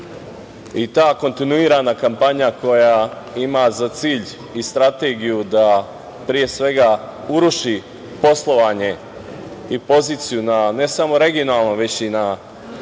Ta kontinuirana kampanja ima za cilj i strategiju da pre svega uruši poslovanje i poziciju ne samo na regionalnom, već i na